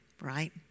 Right